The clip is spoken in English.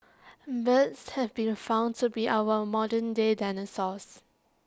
birds have been found to be our modern day dinosaurs